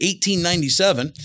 1897